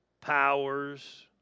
powers